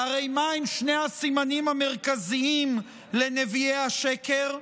שהרי מהם שני הסימנים המרכזיים לנביאי השקר?